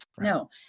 No